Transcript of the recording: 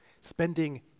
Spending